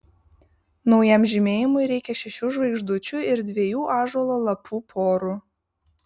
naujam žymėjimui reikia šešių žvaigždučių ir dviejų ąžuolo lapų porų